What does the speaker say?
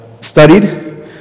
studied